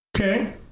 Okay